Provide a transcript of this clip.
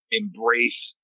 embrace